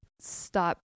stop